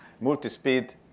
Multi-speed